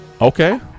Okay